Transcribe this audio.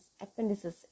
appendices